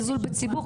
זלזול בציבור?